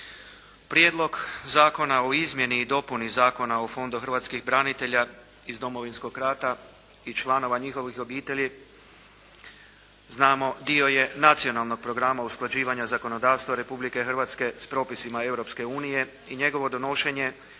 Prijedlog Zakona o izmjeni i dopuni Zakona o Fondu hrvatskih branitelja iz Domovinskog rata i članova njihovih obitelji znamo dio je Nacionalnog programa usklađivanja zakonodavstva Republike Hrvatske s propisima Europske unije i njegovo donošenje.